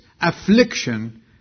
affliction